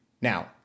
Now